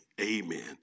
amen